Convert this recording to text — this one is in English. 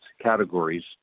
categories